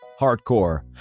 Hardcore